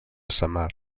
samar